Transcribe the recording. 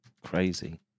crazy